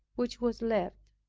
which was left.